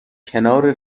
کنار